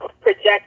project